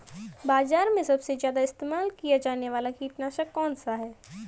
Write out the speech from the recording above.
बाज़ार में सबसे ज़्यादा इस्तेमाल किया जाने वाला कीटनाशक कौनसा है?